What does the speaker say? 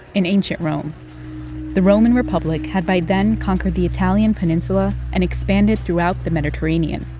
in ancient rome the roman republic had by then conquered the italian peninsula and expanded throughout the mediterranean,